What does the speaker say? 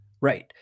right